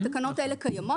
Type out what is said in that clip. התקנות האלה קיימות,